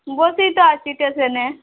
বসেই তো আছি স্টেশনে